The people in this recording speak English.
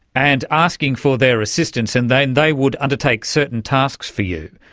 and asking for their assistance, and they and they would undertake certain tasks for you.